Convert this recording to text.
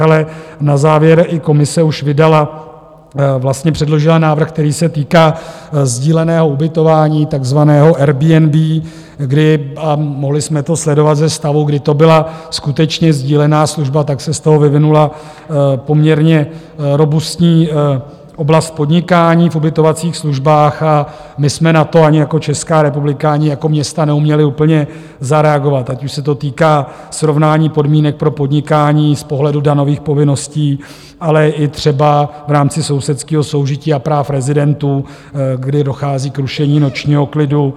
Ale na závěr i Komise už vydala, vlastně předložila návrh, který se týká sdíleného ubytování, takzvaného Airbnb, a mohli jsme to sledovat ze stavu, kdy to byla skutečně sdílená služba, tak se z toho vyvinula poměrně robustní oblast podnikání v ubytovacích službách a my jsme na to ani jako Česká republika, ani jako města neuměli úplně zareagovat, ať už se to týká srovnání podmínek pro podnikání z pohledu daňových povinností, ale i třeba v rámci sousedského soužití a práv rezidentů, kdy dochází k rušení nočního klidu.